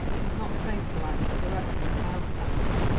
it is not safe to light cigarettes in a powder factory.